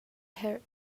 herh